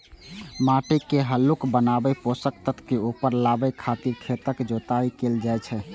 माटि के हल्लुक बनाबै, पोषक तत्व के ऊपर लाबै खातिर खेतक जोताइ कैल जाइ छै